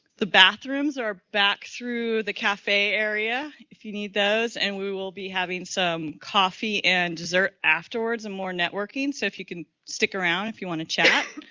the bathrooms are back through the cafe area, if you need those. and we will be having some coffee and desert afterwards and more networking. so if you can stick around, if you want to chat.